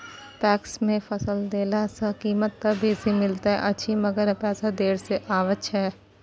PACS मे फसल देला सॅ कीमत त बेसी मिलैत अछि मगर पैसा देर से आबय छै